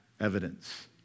evidence